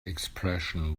expression